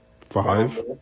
Five